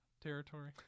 territory